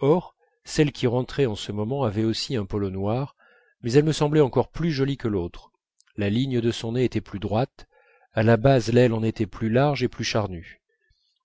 or celle qui rentrait en ce moment avait aussi un polo noir mais elle me semblait encore plus jolie que l'autre la ligne de son nez était plus droite à la base l'aile en était plus large et plus charnue